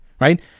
right